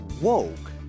woke